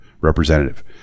representative